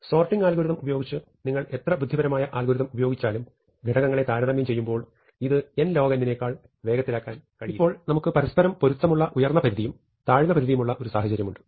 sorting algorithm ഉപയോഗിച്ച് നിങ്ങൾ എത്ര ബുദ്ധിപരമായ അൽഗോരിതം ഉപയോഗിച്ചാലും ഘടകങ്ങളെ താരതമ്യം ചെയ്യുമ്പോൾ ഇത് n log n നേക്കാൾ വേഗത്തിലാകാൻ കഴിയില്ല ഇപ്പോൾ നമുക്ക് പരസ്പരം പൊരുത്തമുള്ള ഉയർന്നപരിധിയും താഴ്ന്നപരിധിയുമുള്ള ഒരു സാഹചര്യമുണ്ട്